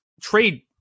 trade